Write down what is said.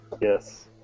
Yes